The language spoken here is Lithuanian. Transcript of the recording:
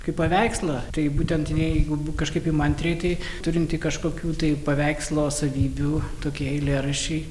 kaip paveikslą taip būtent jinai jeigu kažkaip įmantriai tai turinti kažkokių tai paveikslo savybių tokie eilėraščiai